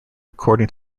according